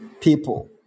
People